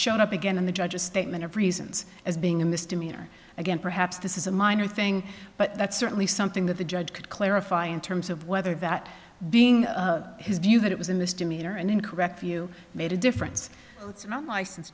showed up again in the judge's statement of reasons as being a misdemeanor again perhaps this is a minor thing but that's certainly something that the judge could clarify in terms of whether that being his view that it was a misdemeanor an incorrect view made a difference it's an unlicensed